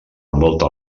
envolta